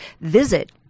Visit